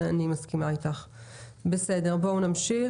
בואו נמשיך.